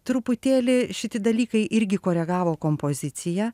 truputėlį šiti dalykai irgi koregavo kompoziciją